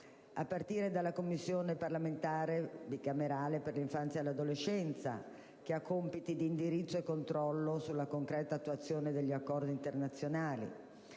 a partire dalla Commissione parlamentare bicamerale per l'infanzia e l'adolescenza, che ha compiti di indirizzo e controllo sulla concreta attuazione degli accordi internazionali.